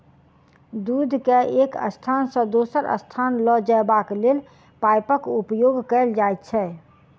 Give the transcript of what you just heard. दूध के एक स्थान सॅ दोसर स्थान ल जयबाक लेल पाइपक उपयोग कयल जाइत छै